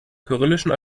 kyrillischen